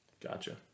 Gotcha